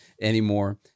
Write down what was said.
anymore